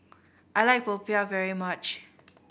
I like popiah very much